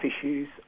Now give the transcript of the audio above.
issues